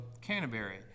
Canterbury